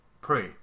pray